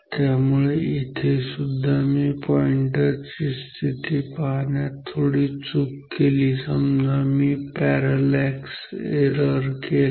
त्यामुळे इथेसुद्धा जर मी पॉईंटर ची स्थिती पाहण्यात थोडीशी चुक केली समजा मी पॅरॅलॅक्स एरर केला